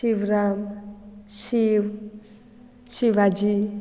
Shivram Shiv Shivaji